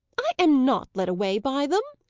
i am not led away by them,